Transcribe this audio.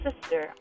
sister